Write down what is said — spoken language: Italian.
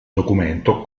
documento